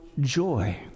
joy